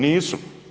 Nisu.